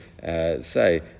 say